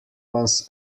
ones